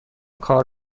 کار